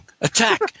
Attack